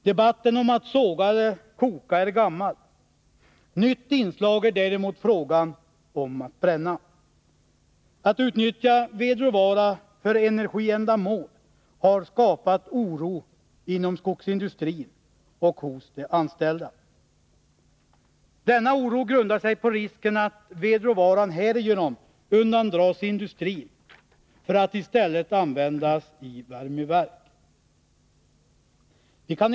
Debatten om att såga eller koka är gammal. Ett nytt inslag i debatten är däremot frågan om att bränna. Att man utnyttjar vedråvara för energiändamål har skapat oro inom skogsindustrin och hos de anställda. Denna oro grundar sig på risken att vedråvaran härigenom undandras industrin för att i stället användas i värmeverk.